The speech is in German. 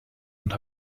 und